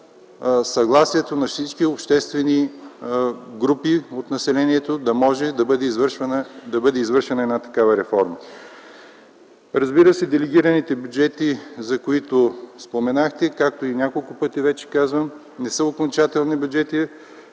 съгласието на всички обществени групи от населението, за да бъде извършена такава реформа. Делегираните бюджети, за които споменахте, както няколко пъти вече казвам, не са окончателни бюджети.